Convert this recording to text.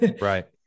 Right